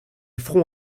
front